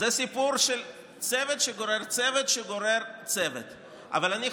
שרה בלי תיק.